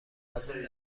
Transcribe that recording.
قبول